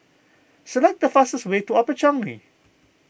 select the fastest way to Upper Changi